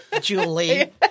Julie